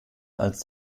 als